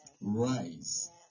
rise